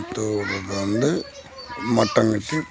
நாற்று விட்றது வந்து மட்டம் கட்டி